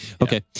Okay